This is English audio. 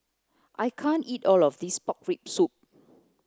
I can't eat all of this pork rib soup